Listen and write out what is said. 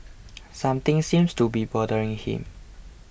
something seems to be bothering him